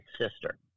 sister